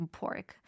pork